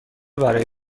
برای